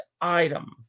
item